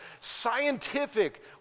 scientific